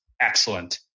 excellent